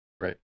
Right